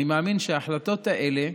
אני מאמין שההחלטות האלה,